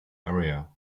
area